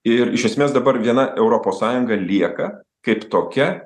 ir iš esmės dabar viena europos sąjunga lieka kaip tokia